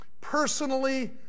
personally